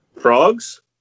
Frogs